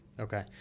Okay